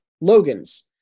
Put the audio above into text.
Logan's